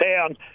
town